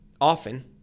Often